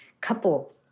couple